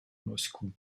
moscou